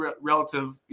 relative